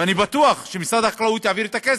ואני בטוח שמשרד החקלאות יעביר את הכסף.